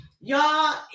y'all